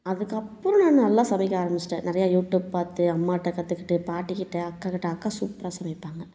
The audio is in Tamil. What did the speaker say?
அதுக்கப்புறம் நான் நல்லா சமைக்க ஆரம்பிச்சிட்டேன் நிறைய யூடியூப் பார்த்து அம்மாகிட்ட கத்துக்கிட்டு பாட்டிக்கிட்ட அக்காக்கிட்ட அக்கா சூப்பராக சமைப்பாங்க